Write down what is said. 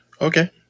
Okay